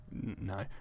No